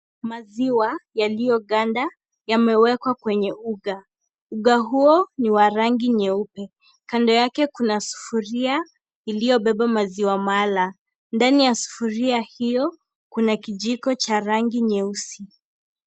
Maziwa yaliyo ganda yamewekwa kwenye uga, uga huo ni wa rangi nyeupe kando yake kuna sufuria iliyobeba maziwa mala ndani ya sufuria hiyo kuna kijiko cha rangi nyeusi.